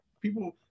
people